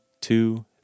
two